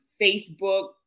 Facebook